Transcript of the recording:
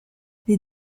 les